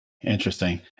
Interesting